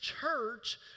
church